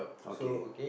okay